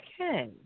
Okay